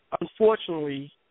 Unfortunately